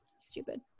stupid